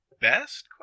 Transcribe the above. best